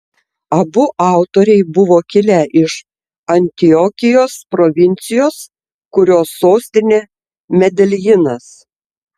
abu autoriai buvo kilę iš antiokijos provincijos kurios sostinė medeljinas